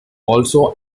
also